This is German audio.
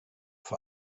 vor